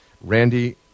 Randy